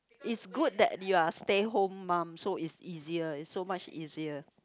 is good that you are stay home mum so is easier is so much easier